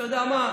אתה יודע מה?